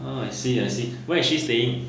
!huh! I see I see where is she staying